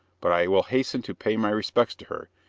but i will hasten to pay my respects to her,